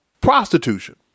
prostitution